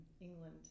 England